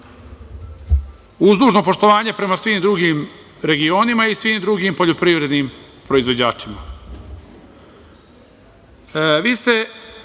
uz dužno poštovanje prema svim drugim regionima i svim drugim poljoprivrednim proizvođačima. Vi ste,